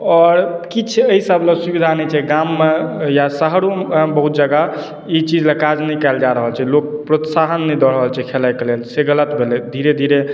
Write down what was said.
आओर किछु एहि सब लै सुविधा नहि छै गाममे या शहरोमे बहुत जगह ई चीज लए काज नहि कयल जा रहल छै लोक प्रोत्साहन नहि दऽ रहल छै खेलाइके लेल से गलत भेलै धीरे धीरे